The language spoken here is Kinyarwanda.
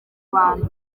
bantu